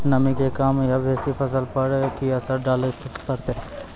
नामी के कम या बेसी फसल पर की असर डाले छै?